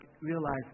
realize